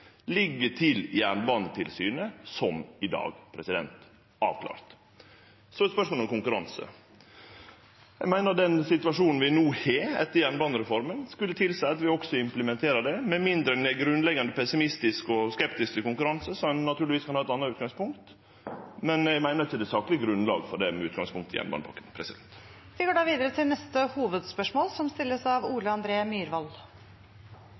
ligg til Jernbanetilsynet, som i dag. Det er avklart. Så er det spørsmålet om konkurranse: Eg meiner at den situasjonen vi no har, etter jernbanereforma, skulle tilseie at vi også implementerer dette, med mindre ein er grunnleggjande pessimistisk og skeptisk til konkurranse – då vil ein naturlegvis kunne ha eit anna utgangspunkt. Men eg meiner det ikkje er sakleg grunnlag for det med utgangspunkt i jernbanepakka. Vi går da videre til neste